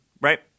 right